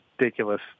ridiculous